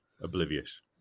Oblivious